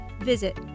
Visit